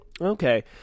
Okay